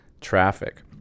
traffic